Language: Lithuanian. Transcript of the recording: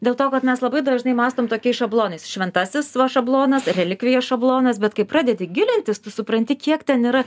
dėl to kad mes labai dažnai mąstom tokiais šablonais šventasis va šablonas relikvija šablonas bet kai pradedi gilintis tu supranti kiek ten yra